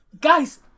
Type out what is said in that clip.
Guys